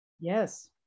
yes